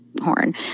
horn